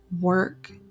work